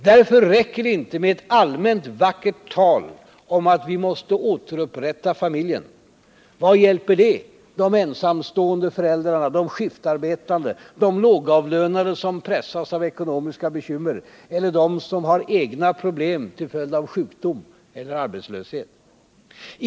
Därför räcker det inte med ett allmänt vackert tal om att vi ”måste återupprätta familjen”. Vad hjälper det de ensamstående föräldrarna, de skiftarbetande, de lågavlönade som pressas av ekonomiska bekymmer eller dem som har egna problem till följd av sjukdom eller arbetslöshet?